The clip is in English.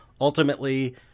ultimately